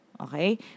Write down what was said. Okay